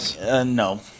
no